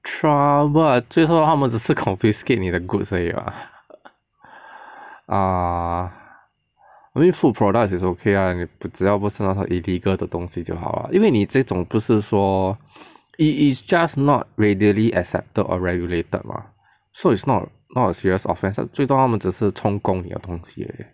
trouble ah 就是说他们只是 confiscate 你的 goods 而已 [what] err food products is okay lah 你只要不是 illegal 的东西就好 lah 因为你这种不是说 it is just not readily accepted or regulated mah so it's not not a serious offense 最多他们只是充公你的东西而已